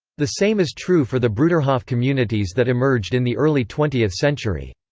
the same is true for the bruderhof communities that emerged in the early twentieth century.